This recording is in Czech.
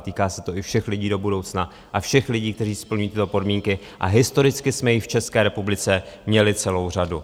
Týká se to i všech lidí do budoucna a všech lidí, kteří splňují tyto podmínky, a historicky jsme jich v České republice měli celou řadu.